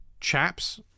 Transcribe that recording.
chaps